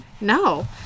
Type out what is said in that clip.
No